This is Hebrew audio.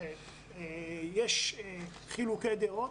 יש חילוקי דעות.